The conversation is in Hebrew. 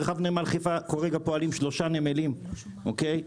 שם פועלים כרגע שלושה נמלים פרטיים,